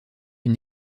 une